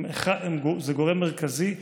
זה גורם מרכזי.